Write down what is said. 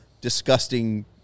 disgusting